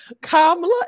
Kamala